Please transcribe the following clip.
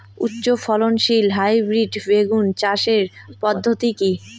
উচ্চ ফলনশীল হাইব্রিড বেগুন চাষের পদ্ধতি কী?